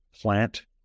plant